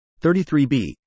33b